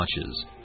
watches